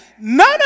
None